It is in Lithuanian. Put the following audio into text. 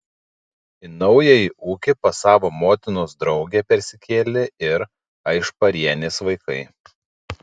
į naująjį ūkį pas savo motinos draugę persikėlė ir aišparienės vaikai